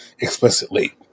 explicitly